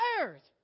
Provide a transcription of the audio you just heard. earth